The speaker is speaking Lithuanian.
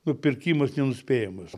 nupirkimas nenuspėjamas